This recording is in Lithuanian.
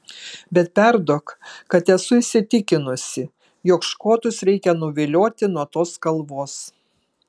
bet perduok kad esu įsitikinusi jog škotus reikia nuvilioti nuo tos kalvos